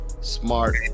smart